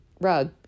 rug